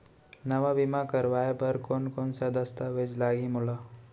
नवा बीमा करवाय बर कोन कोन स दस्तावेज लागही मोला?